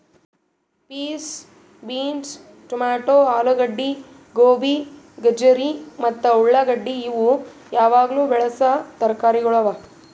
piece, beans, tomato, ಆಲೂಗಡ್ಡಿ, ಗೋಬಿ, ಗಜರಿ ಮತ್ತ ಉಳಾಗಡ್ಡಿ ಇವು ಯಾವಾಗ್ಲೂ ಬೆಳಸಾ ತರಕಾರಿಗೊಳ್ ಅವಾ